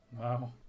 Wow